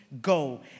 go